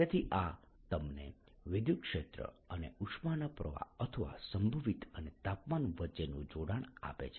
તેથી આ તમને વિદ્યુત ક્ષેત્ર અને ઉષ્માના પ્રવાહ અથવા સંભવિત અને તાપમાન વચ્ચેનું જોડાણ આપે છે